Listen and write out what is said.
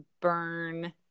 burn